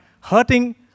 hurting